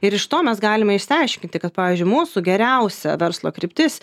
ir iš to mes galime išsiaiškinti kad pavyzdžiui mūsų geriausia verslo kryptis